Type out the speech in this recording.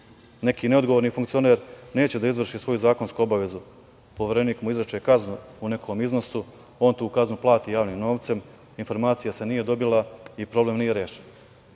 Neki neodgovorni funkcioner neće da izvrši svoju zakonsku obavezu, Poverenik mu izriče kaznu u nekom iznosu, on tu kaznu plati javnim novcem, informacija se nije dobila i problem nije rešen.